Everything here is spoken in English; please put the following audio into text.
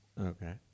Okay